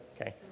okay